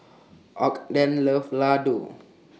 Ogden loves Ladoo